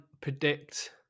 predict